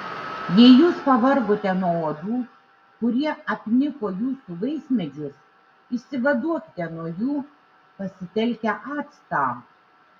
jei jūs pavargote nuo uodų kurie apniko jūsų vaismedžius išsivaduokite nuo jų pasitelkę actą